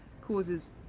causes